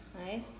nice